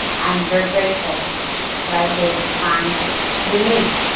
i'm very grateful that i was able to find relief.